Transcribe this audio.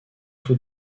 tout